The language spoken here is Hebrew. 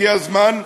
הגיע הזמן,